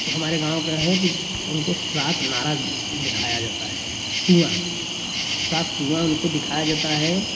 स हमारे गाँव का है कि उनको सात नारा दिखाया जाता है कुआँ सात कुआँ उनको दिखाया जाता है